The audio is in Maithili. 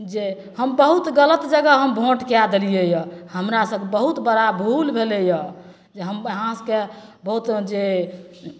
जे हम बहुत गलत जगह हम वोट कै देलिए यऽ हमरासभ बहुत बड़ा भूल भेलै यऽ जे हम अहाँकेँ बहुत जे ओ